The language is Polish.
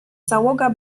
załoga